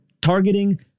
targeting